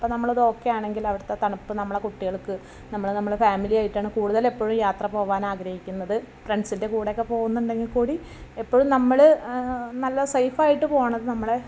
അപ്പം നമ്മൾ അത് ഓക്കേയാണെങ്കിൽ അവിടുത്തെ തണുപ്പ് നമ്മളെ കുട്ടികൾക്ക് നമ്മളെ നമ്മളെ ഫാമിലിയായിട്ടാണ് കൂടുതലെപ്പോഴും യാത്ര പോവാനാഗ്രഹിക്കുന്നത് ഫ്രണ്ട്സിൻ്റെ കൂടെയൊക്കെ പോകുന്നുണ്ടെങ്കിൽക്കൂടി എപ്പോഴും നമ്മൾ നല്ല സേഫായിട്ട് പോണത് നമ്മളെ